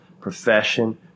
profession